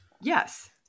Yes